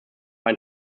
ein